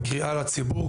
בקריאה לציבור,